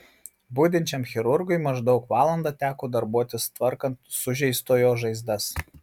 budinčiam chirurgui maždaug valandą teko darbuotis tvarkant sužeistojo žaizdas